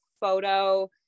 photo